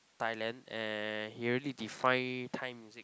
Thailand and he really define Thai music